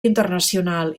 internacional